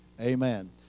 Amen